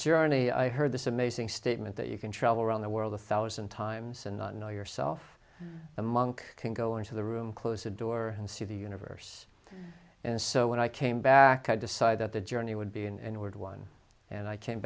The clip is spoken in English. journey i heard this amazing statement that you can travel around the world a thousand times and not know yourself a monk can go into the room close the door and see the universe and so when i came back i decided that the journey would be in word one and i came